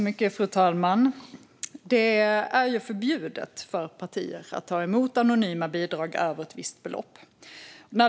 Fru talman! Det är förbjudet för partier att ta emot anonyma bidrag över ett visst belopp.